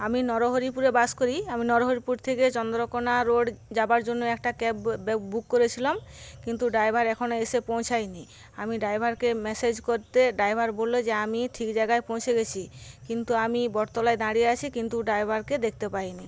আমি নরহরিপুরে বাস করি আমি নরহরিপুর থেকে চন্দ্রকোণা রোড যাওয়ার জন্য একটা ক্যাব বুক করেছিলাম কিন্তু ড্রাইভার এখনও এসে পৌঁছায়নি আমি ড্রাইভারকে মেসেজ করতে ড্রাইভার বলল যে আমি ঠিক জায়গায় পৌঁছে গেছি কিন্তু আমি বটতলায় দাঁড়িয়ে আছি কিন্তু ড্রাইভারকে দেখতে পাইনি